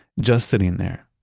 just sitting there.